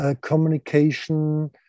communication